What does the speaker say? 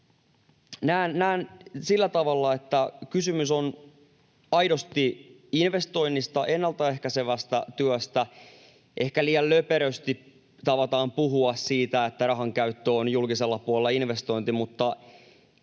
Näen sillä tavalla, että kysymys on aidosti investoinnista, ennalta ehkäisevästä työstä. Ehkä liian löperösti tavataan puhua siitä, että rahankäyttö on julkisella puolella investointi, mutta